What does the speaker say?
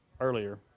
earlier